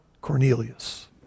Cornelius